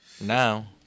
Now